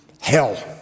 hell